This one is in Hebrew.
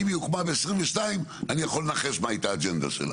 ואם היא הוקמה ב-2022 אני יכול לנחש מה הייתה האג'נדה שלה.